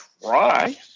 try